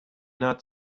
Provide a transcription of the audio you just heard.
not